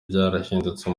byarahindutse